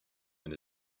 and